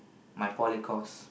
my poly course